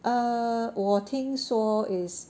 err 我听说 is